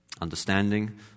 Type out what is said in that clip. Understanding